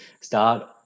start